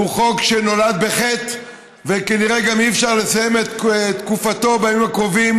שהוא חוק שנולד בחטא וכנראה גם אי-אפשר לסיים את תקופתו בימים הקרובים,